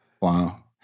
Wow